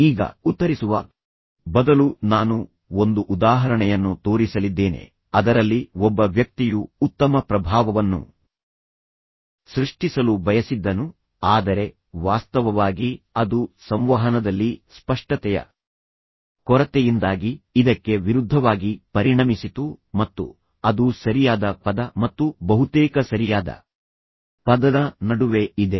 ಈಗ ಉತ್ತರಿಸುವ ಬದಲು ನಾನು ಒಂದು ಉದಾಹರಣೆಯನ್ನು ತೋರಿಸಲಿದ್ದೇನೆ ಅದರಲ್ಲಿ ಒಬ್ಬ ವ್ಯಕ್ತಿಯು ಉತ್ತಮ ಪ್ರಭಾವವನ್ನು ಸೃಷ್ಟಿಸಲು ಬಯಸಿದ್ದನು ಆದರೆ ವಾಸ್ತವವಾಗಿ ಅದು ಸಂವಹನದಲ್ಲಿ ಸ್ಪಷ್ಟತೆಯ ಕೊರತೆಯಿಂದಾಗಿ ಇದಕ್ಕೆ ವಿರುದ್ಧವಾಗಿ ಪರಿಣಮಿಸಿತು ಮತ್ತು ಅದು ಸರಿಯಾದ ಪದ ಮತ್ತು ಬಹುತೇಕ ಸರಿಯಾದ ಪದದ ನಡುವೆ ಇದೆ